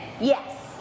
yes